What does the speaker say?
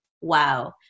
wow